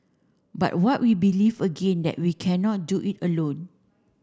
but what we believe again that we cannot do it alone